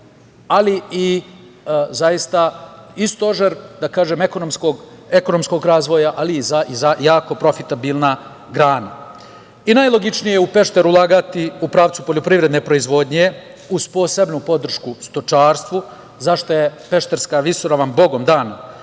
poljoprivreda i stožer ekonomskog razvoja, ali i jako profitabilna grana. Najlogičnije je u Pešter ulagati u pravcu poljoprivredne proizvodnje, uz posebnu podršku stočarstvu, za šta je Pešterska visoravan bogom dana.